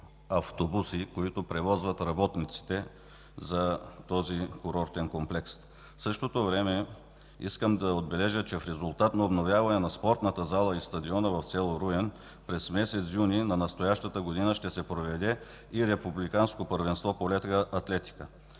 автобуси, които превозват работниците за този курортен комплекс. В същото време искам да отбележа, че в резултат на обновяване на спортната зала и стадиона в с. Руен през м. юни на настоящата година ще се проведе и Републиканско първенство по лека атлетика.